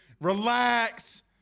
Relax